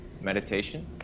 Meditation